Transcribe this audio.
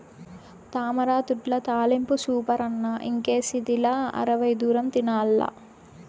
తామరతూడ్ల తాలింపు సూపరన్న ఇంకేసిదిలా అరవై దూరం తినాల్ల